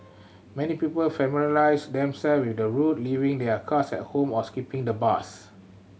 many people familiarise themself with the route leaving their cars at home or skipping the bus